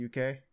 UK